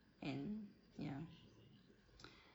and ya